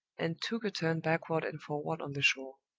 and took a turn backward and forward on the shore.